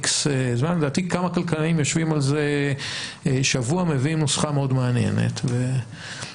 לדעתי כמה כלכלנים יושבים על זה שבוע ומביאים נוסחה מאוד מעניינת טוב,